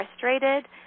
frustrated